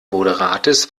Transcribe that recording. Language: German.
moderates